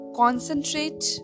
concentrate